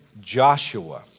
Joshua